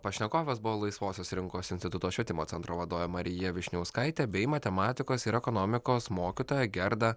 pašnekovės buvo laisvosios rinkos instituto švietimo centro vadovė marija vyšniauskaitė bei matematikos ir ekonomikos mokytoja gerda